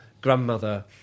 grandmother